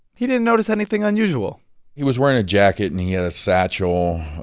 he didn't notice anything unusual he was wearing a jacket. and he had a satchel.